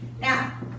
Now